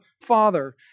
Father